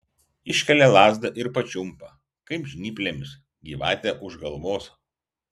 iškelia lazdą ir pačiumpa kaip žnyplėmis gyvatę už galvos